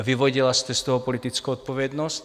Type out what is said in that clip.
Vyvodila jste z toho politickou odpovědnost?